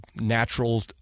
natural